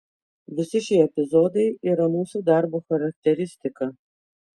visi šie epizodai yra mūsų darbo charakteristika